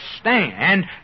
stand